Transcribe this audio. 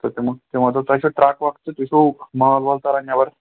تہٕ تِمو تِمَو دوٚپ تۄہہِ چھَو ٹرٛک وَک تہٕ تُہۍ چھُو مال وال تاران نٮ۪بر